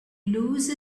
lose